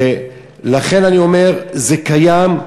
ולכן אני אומר: זה קיים,